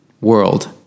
world